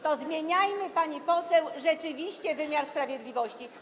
To zmieniajmy, pani poseł, rzeczywiście wymiar sprawiedliwości.